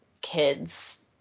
kids